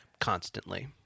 constantly